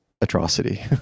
atrocity